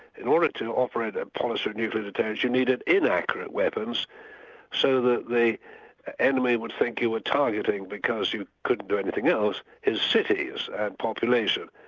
in order to operate a policy of nuclear deterrence, you needed inaccurate weapons so that the enemy would think you were ah targeting because you couldn't do anything else, its cities and population.